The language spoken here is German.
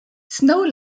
snow